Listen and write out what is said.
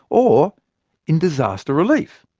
or in disaster relief?